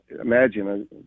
Imagine